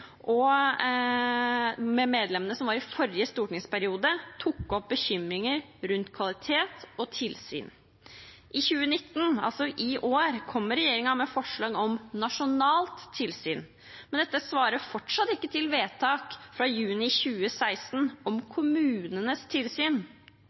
og med medlemmene i forrige stortingsperiode, har tatt opp bekymringer rundt kvalitet og tilsyn. I 2019, altså i år, kom regjeringen med forslag om nasjonalt tilsyn, men dette svarer fortsatt ikke til vedtaket fra juni 2016 om